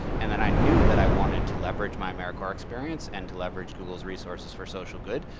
and then i knew that i wanted to leverage my americorps experience and to leverage google's resources for social good.